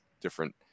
different